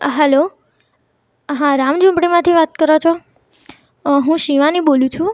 hello હા રામઝૂંપડીમાંથી વાત કરો છો અ હું શિવાની બોલું છું